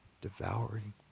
devouring